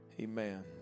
Amen